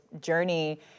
journey